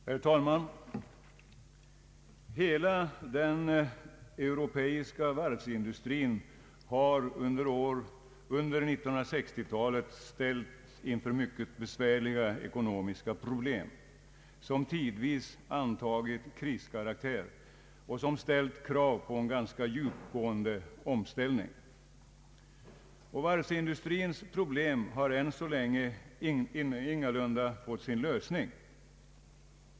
Herr talman! Hela den europeiska varvsindustrin har under 1960-talet ställts inför mycket besvärliga ekonomiska problem som tidvis antagit kriskaraktär och krävt en ganska djupgående omställning. Varvsindustrins problem har än så länge ingalunda fått sin lösning.